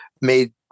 made